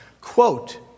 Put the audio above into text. Quote